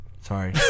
Sorry